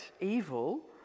evil